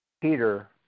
Peter